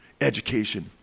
education